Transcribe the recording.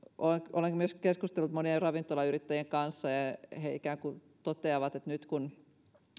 olen keskustellut monien ravintolayrittäjien kanssa ja he toteavat että nyt kun